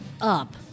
up